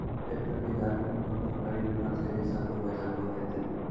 Tractor के झाल किंग कोनो सरकारी योजना छ जैसा कुछ बचा तो है ते?